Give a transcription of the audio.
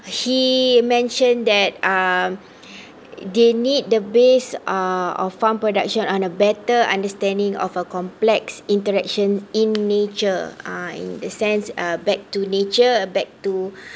he mentioned that um they need the base uh of farm production on a better understanding of a complex interaction in nature ah in the sense uh back to nature back to